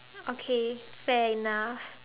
okay fair enough